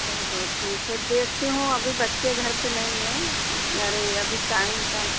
चलो ठीक है देखती हूँ अभी बच्चे घर पर नहीं हैं अरे अभी टाइम निकाल